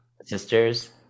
Sisters